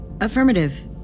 Affirmative